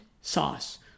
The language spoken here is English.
sauce